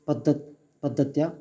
पद्धतिः पद्धत्या